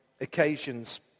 occasions